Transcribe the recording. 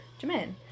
Jamin